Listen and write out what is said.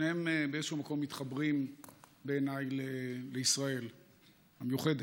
שניהם באיזשהו מקום מתחברים בעיניי לישראל המיוחדת.